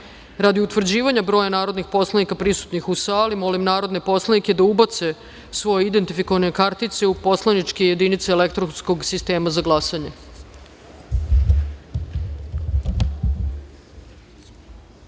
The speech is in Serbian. utvrđivanja broja narodnih poslanika prisutnih u sali, molim narodne poslanike da ubace svoje identifikacione kartice u poslaničke jedinice elektronskog sistema za glasanje. Prisutno